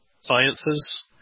sciences